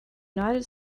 united